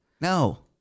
no